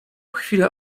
chwilę